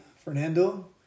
Fernando